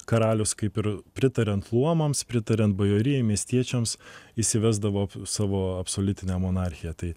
karalius kaip ir pritariant luomams pritariant bajorijai miestiečiams įsivesdavo savo absoliutinę monarchiją tai